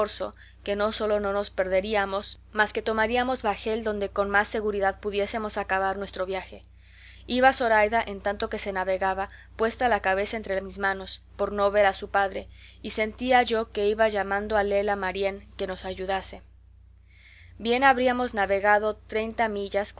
que no sólo no nos perderíamos mas que tomaríamos bajel donde con más seguridad pudiésemos acabar nuestro viaje iba zoraida en tanto que se navegaba puesta la cabeza entre mis manos por no ver a su padre y sentía yo que iba llamando a lela marién que nos ayudase bien habríamos navegado treinta millas